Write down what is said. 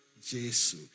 Jesus